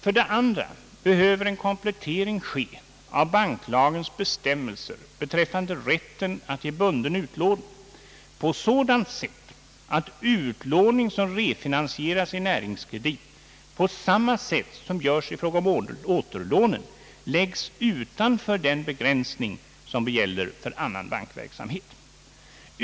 För det andra behöver en komplettering ske av banklagens bestämmelser beträffande rätten att ge bunden utlåning på sådant sätt att utlåning, som refinansieras i Näringskredit på samma sätt som görs i fråga om återlånen, läggs utanför den begränsning som gäller för annan bankverksamhet.